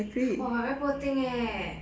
!wah! very poor thing leh